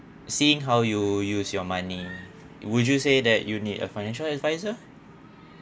seeing how you use your money would you say that you need a financial advisor